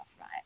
right